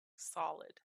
solid